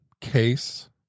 case